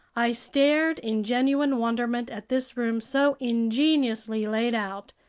i stared in genuine wonderment at this room so ingeniously laid out,